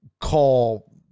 call